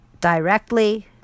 directly